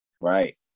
Right